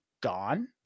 gone